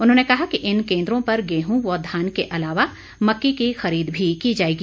उन्होंने कहा कि इन केंद्रों पर गेहूं व धान के अलावा मक्की की खरीद भी की जाएगी